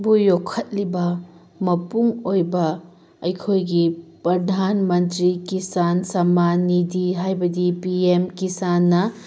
ꯕꯨ ꯌꯣꯛꯈꯠꯂꯤꯕ ꯃꯄꯨꯡ ꯑꯣꯏꯕ ꯑꯩꯈꯣꯏꯒꯤ ꯄ꯭ꯔꯗꯥꯟ ꯃꯟꯇ꯭ꯔꯤ ꯀꯤꯁꯥꯟ ꯁꯟꯃꯥꯟꯅꯤꯗꯤ ꯍꯥꯏꯕꯗꯤ ꯄꯤ ꯑꯦꯝ ꯀꯤꯁꯟꯅ